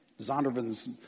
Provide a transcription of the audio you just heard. Zondervan's